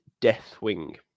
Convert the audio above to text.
Deathwing